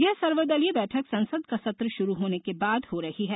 यह सर्वदलीय बैठक संसद का सत्र शुरू होने के बाद हो रही है